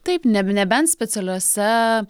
taip neb nebent specialiose